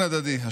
"2.